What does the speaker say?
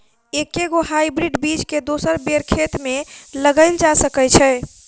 एके गो हाइब्रिड बीज केँ दोसर बेर खेत मे लगैल जा सकय छै?